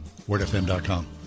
WordFM.com